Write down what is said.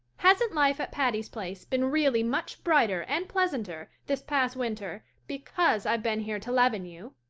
hasn't life at patty's place been really much brighter and pleasanter this past winter because i've been here to leaven you?